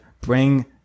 bring